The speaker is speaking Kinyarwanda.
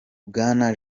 bwana